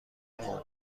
مدرن